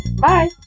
Bye